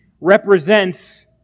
represents